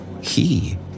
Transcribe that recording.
He